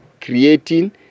creating